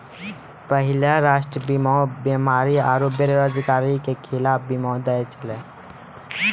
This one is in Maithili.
पहिले राष्ट्रीय बीमा बीमारी आरु बेरोजगारी के खिलाफ बीमा दै छलै